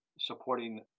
supporting